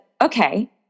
okay